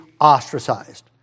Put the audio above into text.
ostracized